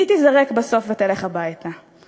מי תיזרק בסוף ותלך הביתה?